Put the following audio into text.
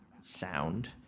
sound